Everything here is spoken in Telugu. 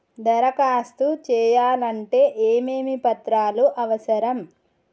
దరఖాస్తు చేయాలంటే ఏమేమి పత్రాలు అవసరం?